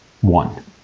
One